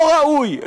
לא ראוי,